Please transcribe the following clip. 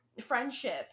friendship